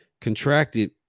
contracted